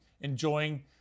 enjoying